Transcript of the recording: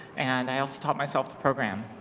and i also taught myself to program.